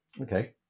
Okay